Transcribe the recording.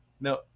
No